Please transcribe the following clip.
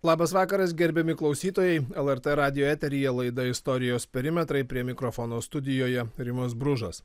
labas vakaras gerbiami klausytojai lrt radijo eteryje laida istorijos perimetrai prie mikrofono studijoje rimas bružas